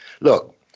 look